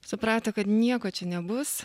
suprato kad nieko čia nebus